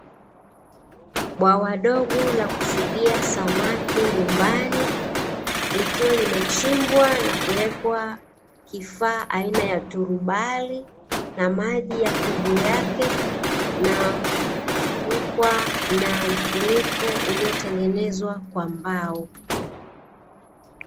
Bwawa dogo la kufugia samaki nyumbani, likiwa limechimbwa na kuwekwa kifaa aina ya turubali, na maji yako juu yake, na kufunikwa na mfuniko uliotengenezwa kwa mbao.